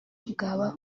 bwaba